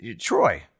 Troy